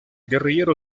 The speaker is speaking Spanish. guerrillero